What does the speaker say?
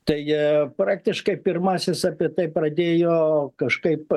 tai praktiškai pirmasis apie tai pradėjo kažkaip